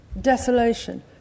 desolation